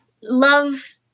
love